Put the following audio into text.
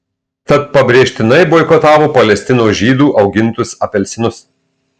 tad pabrėžtinai boikotavo palestinos žydų augintus apelsinus